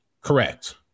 Correct